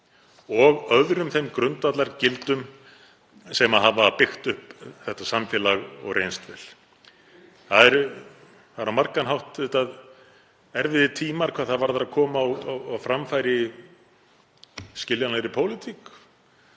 og öðrum þeim grundvallargildum sem hafa byggt upp þetta samfélag og reynst vel. Það eru á margan hátt erfiðir tímar hvað það varðar að koma á framfæri skiljanlegri pólitík,